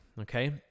okay